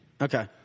okay